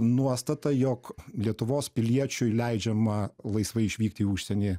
nuostata jog lietuvos piliečiui leidžiama laisvai išvykti į užsienį